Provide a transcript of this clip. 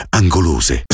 angolose